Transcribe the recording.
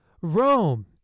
Rome